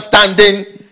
standing